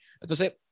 entonces